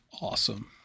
awesome